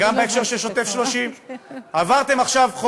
וגם בהקשר של שוטף פלוס 30. אתם מקדמים